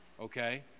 okay